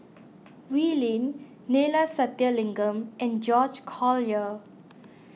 Wee Lin Neila Sathyalingam and George Collyer